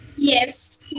yes